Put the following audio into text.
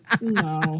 No